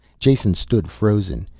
jason stood, frozen.